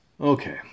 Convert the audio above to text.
Okay